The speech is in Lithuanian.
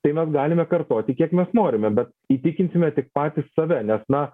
tai mes galime kartoti kiek mes norime bet įtikinsime tik patys save nes na